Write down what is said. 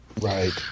Right